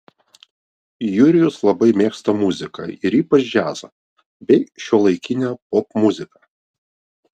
jurijus labai mėgsta muziką ir ypač džiazą bei šiuolaikinę popmuziką